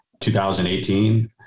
2018